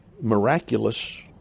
Miraculous